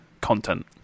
content